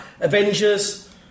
Avengers